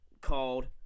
called